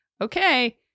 okay